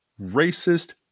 racist